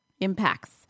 impacts